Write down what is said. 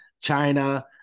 China